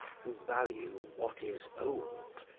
who value what is old,